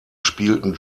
spielten